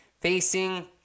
facing